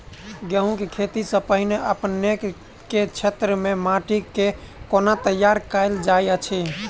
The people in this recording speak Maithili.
गेंहूँ केँ खेती सँ पहिने अपनेक केँ क्षेत्र मे माटि केँ कोना तैयार काल जाइत अछि?